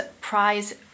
prize